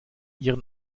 ihren